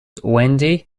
wendy